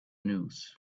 news